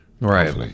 Right